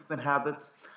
habits